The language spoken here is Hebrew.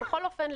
בכל אופן,